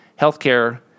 Healthcare